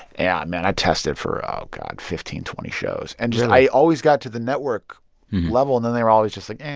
yeah, man, i tested for, oh, god, fifteen, twenty shows really? and, just, i always got to the network level, and then they were always just, like, yeah